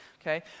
okay